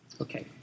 Okay